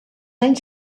anys